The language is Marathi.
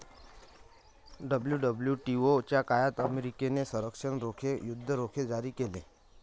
डब्ल्यू.डब्ल्यू.टी.ओ च्या काळात अमेरिकेने संरक्षण रोखे, युद्ध रोखे जारी केले